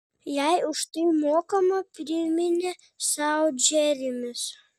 jai už tai mokama priminė sau džeremis